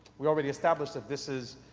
we already established that this is,